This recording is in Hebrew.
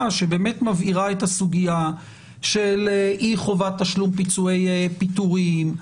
שבאמת מבהירה את הסוגיה של אי חובת תשלום פיצויי פיטורים.